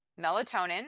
melatonin